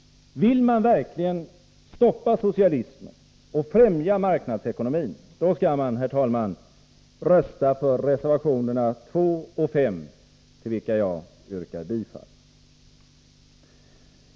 Vill man verkligen stoppa socialismen och främja marknadsekonomin, då skall man, herr talman, rösta för reservationerna 2 och 5, till vilka jag yrkar bifall.